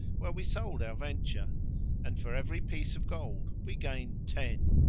where we sold our venture and for every piece of gold we gained ten.